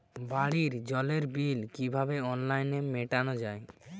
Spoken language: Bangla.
বাড়ির জলের বিল কিভাবে অনলাইনে মেটানো যায়?